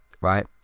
Right